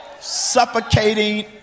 suffocating